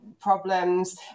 problems